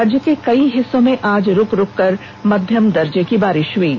राज्य के कई हिस्सों में आज रूक रूक कर मध्यम दर्जे की बारिष जारी है